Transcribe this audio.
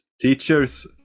Teachers